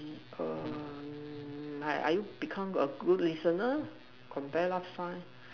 um are you become a good listener compare last time